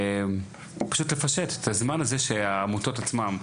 פשוט לפשט את הזמן הזה שהעמותות עצמם,